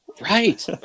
Right